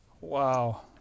Wow